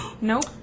Nope